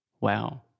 Wow